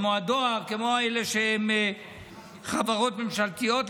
הדואר וחברות ממשלתיות,